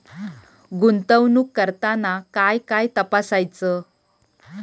गुंतवणूक करताना काय काय तपासायच?